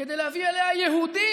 כדי להביא אליה יהודים.